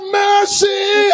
mercy